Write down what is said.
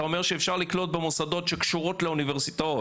אתה אומר שאפשר לקלוט במוסדות שקשורות לאוניברסיטאות?